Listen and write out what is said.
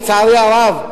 לצערי הרב,